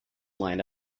line